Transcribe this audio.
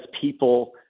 people